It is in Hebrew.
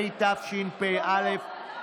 התשפ"א,